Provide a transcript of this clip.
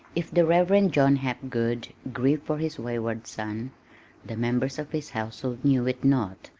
if the reverend john hapgood grieved for his wayward son the members of his household knew it not,